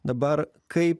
dabar kai